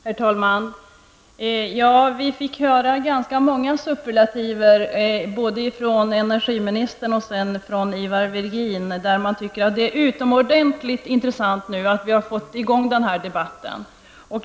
Herr talman! Vi fick höra ganska många superlativer, både från energiministern och från Ivar Virgin, om att det är utomordentligt intressant att vi nu har fått i gång den här debatten.